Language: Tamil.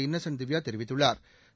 இன்னசென்ட் திவ்யா தெரிவித்துள்ளாா்